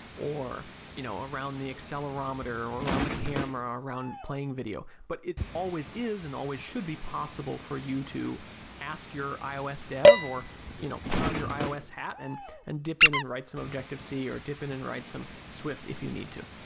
or you know around the accelerometer or around the camera or around playing video but it always is and always should be possible for you to ask your ios dev or you know put on your ios hat and and dip in and write some objective c or dip in and write some swift if you need to.